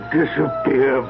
disappear